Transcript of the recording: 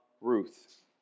Ruth